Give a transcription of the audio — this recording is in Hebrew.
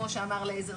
כמו שאמר אליעזר.